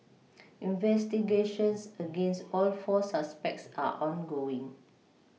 investigations against all four suspects are ongoing